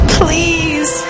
please